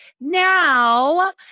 Now